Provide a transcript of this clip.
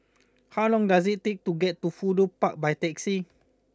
how long does it take to get to Fudu Park by taxi